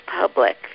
public